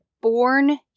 born